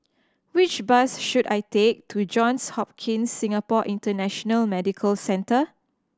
which bus should I take to Johns Hopkins Singapore International Medical Centre